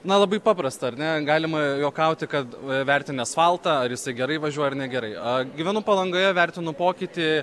na labai paprasta ar ne galima juokauti kad vertini asfaltą ar jisai gerai važiuoja ar negerai gyvenu palangoje vertinu pokytį